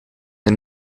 een